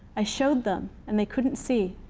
i showed them, and they couldn't see.